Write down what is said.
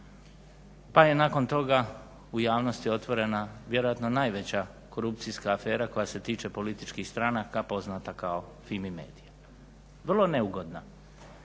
Pa je nakon toga u javnosti otvorena vjerojatno najveća korupcijska afera koja se tiče političkih stranaka poznata kao Fimi-media. Vrlo neugodna,